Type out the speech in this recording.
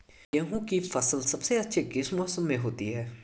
गेंहू की फसल सबसे अच्छी किस मौसम में होती है?